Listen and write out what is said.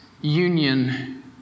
union